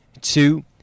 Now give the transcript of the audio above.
two